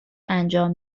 انجام